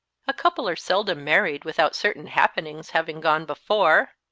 a couple are seldom married without certain happenings having gone before.